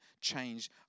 change